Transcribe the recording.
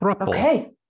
Okay